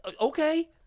Okay